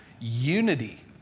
unity